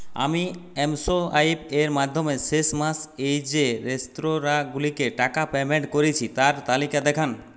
আমি এমসোয়াইপের মাধ্যমে শেষ মাস এ যে রেস্তোরাঁগুলিকে টাকা পেমেন্ট করেছি তার তালিকা দেখান